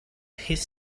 his